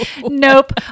nope